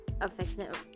affectionate